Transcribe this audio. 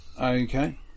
Okay